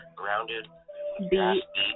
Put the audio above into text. grounded